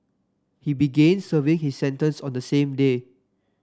he began serving his sentence on the same day